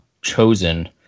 chosen